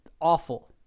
awful